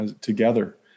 together